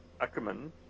Ackerman